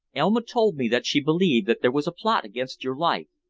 elma told me that she believed that there was a plot against your life,